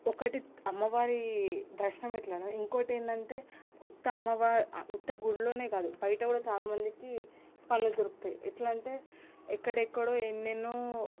ఒకటి అమ్మవారి దర్శనం ఇట్లనో అన్నారు ఇంకొకటి ఏంటంటే ఉత్త అమ్మవారు ఉత్త గుళ్లోనే కాదు బయట కూడా చాలా మందికి పనులు దొరుకుతాయి ఎట్లా అంటే ఎక్కడెక్కడో ఎన్నెన్నో